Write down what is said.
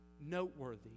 noteworthy